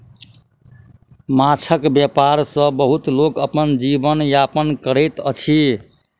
माँछक व्यापार सॅ बहुत लोक अपन जीवन यापन करैत अछि